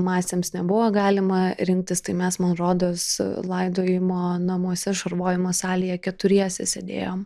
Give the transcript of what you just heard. masėms nebuvo galima rinktis tai mes man rodos laidojimo namuose šarvojimo salėje keturiese sėdėjom